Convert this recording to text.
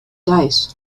dice